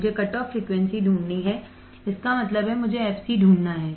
मुझे कटऑफ फ्रीक्वेंसीढूंढनी है इसका मतलब है मुझे fc ढूंढना है